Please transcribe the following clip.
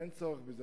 אין צורך בזה.